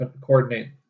Coordinate